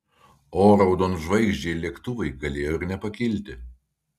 o raudonžvaigždžiai lėktuvai galėjo ir nepakilti